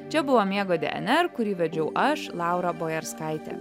čia buvo miego dnr kurį vedžiau aš laura bojarskaitė